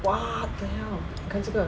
!wah! 屌你看这个